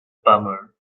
bummer